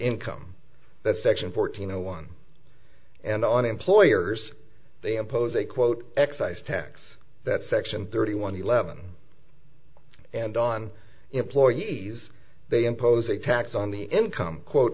income that section fourteen zero one and on employers they impose a quote excise tax that section thirty one eleven and on employees they impose a tax on the income quote